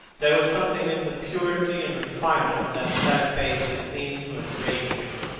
there was something in the purity and refinement of that sad face that seemed to enrage him.